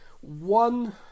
one